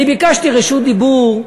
אני ביקשתי רשות דיבור,